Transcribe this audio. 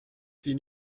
sie